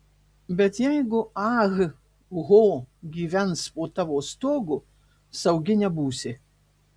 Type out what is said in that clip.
bet jeigu ah ho gyvens po tavo stogu saugi nebūsi